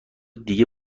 دیگه